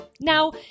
Now